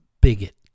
bigot